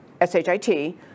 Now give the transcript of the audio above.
S-H-I-T